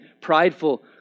prideful